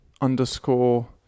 underscore